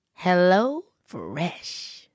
HelloFresh